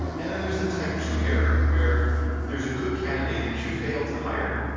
and then there's the type two error where there's a good candidate that you fail to hire.